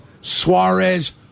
Suarez